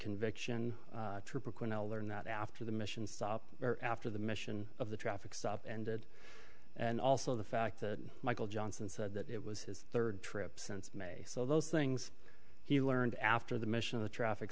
conviction trooper cornell learned that after the mission stop or after the mission of the traffic stop ended and also the fact that michael johnson said that it was his third trip since may so those things he learned after the mission of the traffic